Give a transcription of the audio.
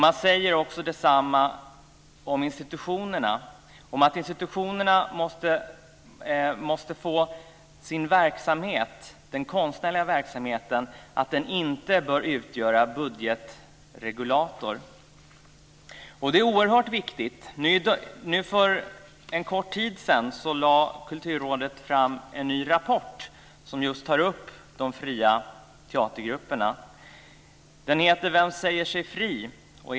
Man säger detsamma om institutionerna, att den konstnärliga verksamheten inte bör utgöra en budgetregulator. Det är oerhört viktigt. För en kort tid sedan lade Kulturrådet fram en rapport som just tar upp de fria teatergrupperna. Den heter Vem säger sig fri?